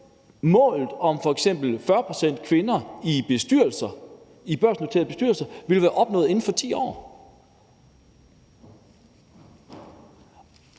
målet om f.eks. 40 pct. kvinder i børsnoterede bestyrelser være opnået inden for 10 år.